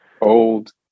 Old